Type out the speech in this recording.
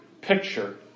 picture